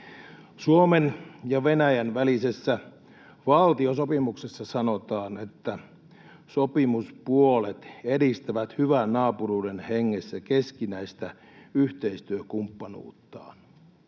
Suomen ja Venäjän välisessä val-tiosopimuksessa sanotaan, että sopimuspuolet edistävät hyvän naapuruuden hengessä keskinäistä yhteistyökumppanuuttaan.